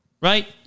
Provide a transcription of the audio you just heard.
Right